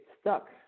stuck